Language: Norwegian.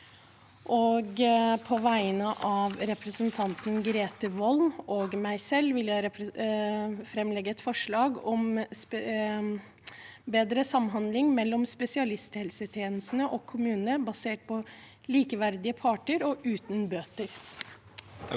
på vegne av representanten Grete Wold og meg selv vil jeg framsette et forslag om bedre samhandling mellom spesialisthelsetjenesten og kommunene basert på likeverdige parter og uten bøter.